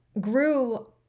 grew